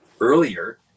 earlier